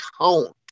count